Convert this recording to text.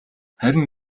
харин